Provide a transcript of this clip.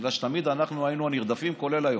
בגלל שתמיד אנחנו היינו הנרדפים, כולל היום,